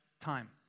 time